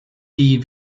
die